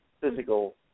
physical